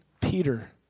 Peter